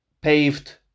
paved